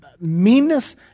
meanness